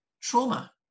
trauma